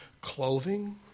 clothing